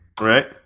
Right